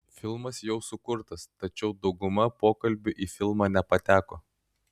filmas jau sukurtas tačiau dauguma pokalbių į filmą nepateko